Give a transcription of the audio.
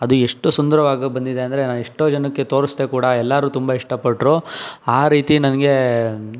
ಅದು ಎಷ್ಟು ಸುಂದರವಾಗಿ ಬಂದಿದೆ ಅಂದರೆ ನಾನು ಎಷ್ಟೋ ಜನಕ್ಕೆ ತೋರಿಸ್ದೆ ಕೂಡ ಎಲ್ಲರೂ ತುಂಬ ಇಷ್ಟಪಟ್ರು ಆ ರೀತಿ ನನಗೆ